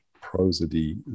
prosody